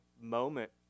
moment